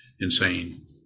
insane